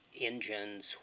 engines